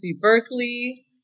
Berkeley